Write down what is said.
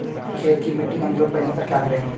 खेत की मिटी कमजोर पड़ने पर क्या करें?